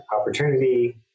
opportunity